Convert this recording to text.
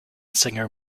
singer